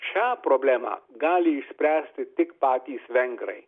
šią problemą gali išspręsti tik patys vengrai